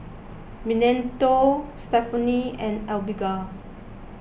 Benito Stephaine and Abigail